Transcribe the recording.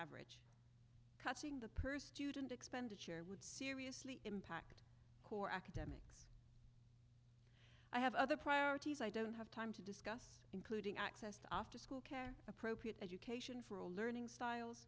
average cutting the per student expenditure would seriously impact core academic i have other priorities i don't have time to discuss including access to after school care appropriate education for all learning styles